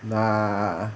ah